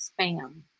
spam